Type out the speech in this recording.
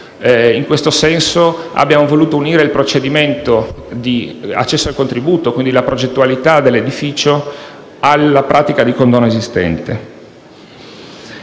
In questo senso abbiamo voluto unire il procedimento di accesso al contributo, quindi la progettualità dell'edificio, alla pratica di condono esistente.